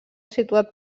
situat